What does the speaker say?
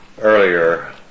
Earlier